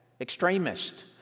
extremist